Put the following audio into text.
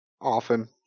Often